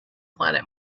planet